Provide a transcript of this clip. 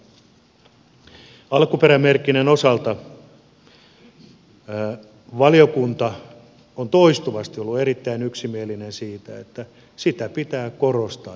alkuperämerkinnän osalta valiokunta on toistuvasti ollut erittäin yksimielinen siitä että sitä pitää korostaa jatkuvasti